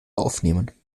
aufnehmen